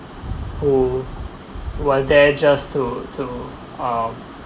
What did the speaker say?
who were there just to to uh